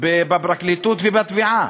בפרקליטות ובתביעה.